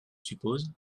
suppose